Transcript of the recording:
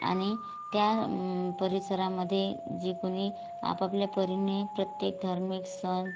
आणि त्या परिसरामध्ये जे कोणी आपापल्या परीने प्रत्येक धार्मिक सण